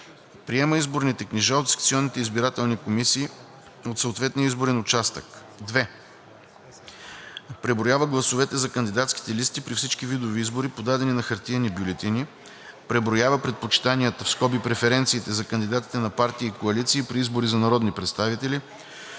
приема изборните книжа от секционните избирателни комисии от съответния изборен участък; 2. преброява гласовете за кандидатските листи при всички видове избори, подадени на хартиени бюлетини; преброява предпочитанията (преференциите) за кандидатите на партии и коалиции при избори за народни представители,